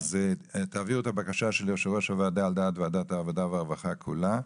תעביר את הבקשה של יושב-ראש הוועדה על דעת ועדת העבודה והרווחה כולה,